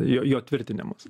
jo jo tvirtinimas